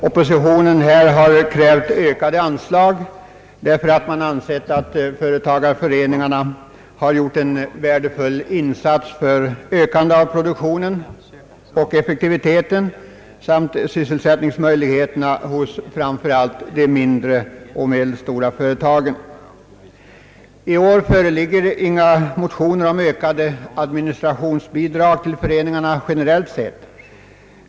Oppositionen har krävt ökade anslag till föreningarna därför att man har ansett att de har gjort en värdefull insats för ökande av produktionen, effekti viteten och sysselsättningsmöjligheterna hos framför allt de mindre och medelstora företagen. I år föreligger inga motioner om ökade administrationsanslag till föreningarna generellt sett.